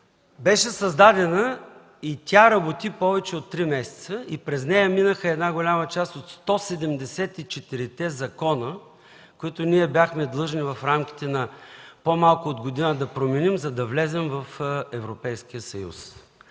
Беше създадена и работи повече от три месеца. През нея минаха една голяма част от 174-те закона, които бяхме длъжни в рамките на по-малко от една година да променим, за да влезем в Европейския съюз.